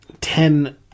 ten